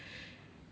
then 我就